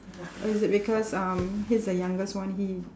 is it because um he's the youngest one he